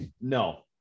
No